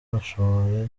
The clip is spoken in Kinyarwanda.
bashobore